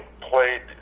played